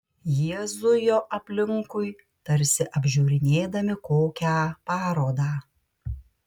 jie zujo aplinkui tarsi apžiūrinėdami kokią parodą